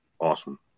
awesome